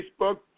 Facebook